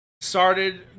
Started